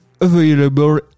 available